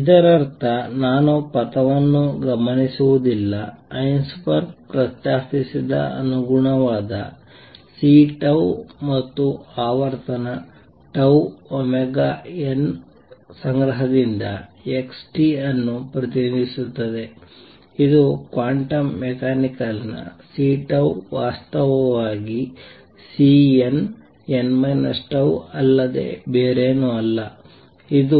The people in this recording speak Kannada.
ಇದರರ್ಥ ನಾನು ಪಥವನ್ನು ಗಮನಿಸುವುದಿಲ್ಲ ಹೈಸೆನ್ಬರ್ಗ್ ಪ್ರಸ್ತಾಪಿಸಿದ ಅನುಗುಣವಾದ Cಮತ್ತು ಆವರ್ತನ τωn ಸಂಗ್ರಹದಿಂದ x ಅನ್ನು ಪ್ರತಿನಿಧಿಸುತ್ತದೆ ಇದು ಕ್ವಾಂಟಮ್ ಮೆಕ್ಯಾನಿಕಲ್ ನ C ವಾಸ್ತವವಾಗಿ Cnn τಅಲ್ಲದೆ ಬೇರೇನಲ್ಲ ಇದು